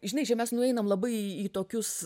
žinai čia mes nueinam labai į tokius